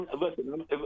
Listen